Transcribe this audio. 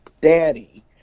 Daddy